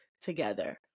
together